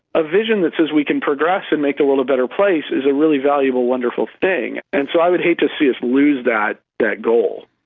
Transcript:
a vision that says we can progress and make the world a better place is a really valuable, wonderful thing. and so i'd hate to see us lose that that goal.